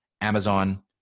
Amazon